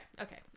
Okay